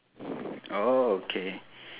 okay